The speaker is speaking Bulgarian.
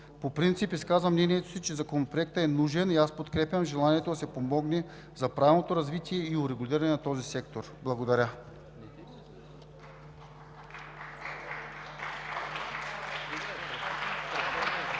По принцип изказвам мнението си, че Законопроектът е нужен и аз подкрепям желанието да се помогне за правилното развитие и урегулиране на този сектор. Благодаря.